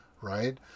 right